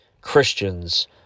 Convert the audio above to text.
Christians